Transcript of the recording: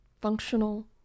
functional